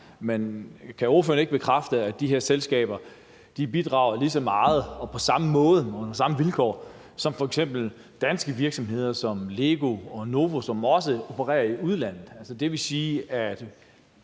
Men kan ordføreren ikke bekræfte, at de her selskaber bidrager lige så meget og på samme måde og under samme vilkår som danske virksomheder som f.eks. LEGO og Novo, som også opererer i udlandet? Det vil sige, at